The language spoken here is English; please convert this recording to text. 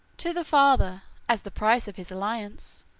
to the father, as the price of his alliance,